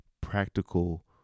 practical